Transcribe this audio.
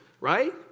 right